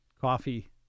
coffee